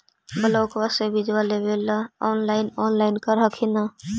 ब्लोक्बा से बिजबा लेबेले ऑनलाइन ऑनलाईन कर हखिन न?